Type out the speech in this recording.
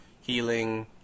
healing